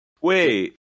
Wait